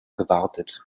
gewartet